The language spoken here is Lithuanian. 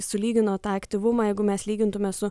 sulygino tą aktyvumą jeigu mes lygintume su